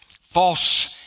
false